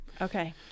Okay